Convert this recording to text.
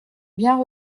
bien